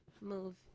move